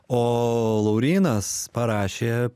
o laurynas parašė